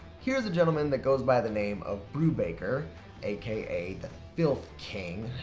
here's a gentleman that goes by the name of brubaker aka the filth king.